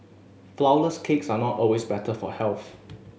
flourless cakes are not always better for health